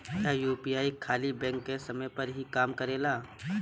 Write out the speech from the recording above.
क्या यू.पी.आई खाली बैंक के समय पर ही काम करेला?